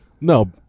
No